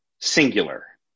singular